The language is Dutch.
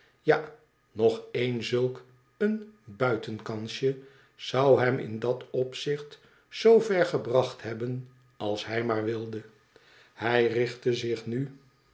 ja nog één zulk een buitenkansje zou hem in dat opzicht zoo ver gebracht hebben als hij maar wilde hij richtte zich nu